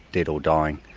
dead or dying.